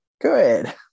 good